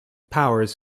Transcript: powers